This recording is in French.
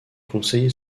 conseiller